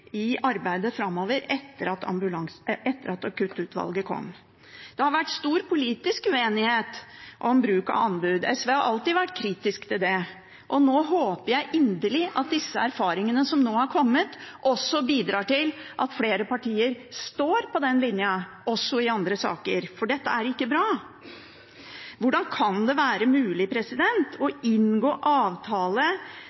i arbeidet framover etter at Akuttutvalget kom. Det har vært stor politisk uenighet om bruk av anbud. SV har alltid vært kritisk til det, og nå håper jeg inderlig at disse erfaringene som nå har kommet, også bidrar til at flere partier står på den linja, også i andre saker, for dette er ikke bra. Hvordan kan det være mulig å